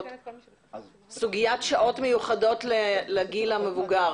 סוגיית שעות מיוחדות לגיל המבוגר.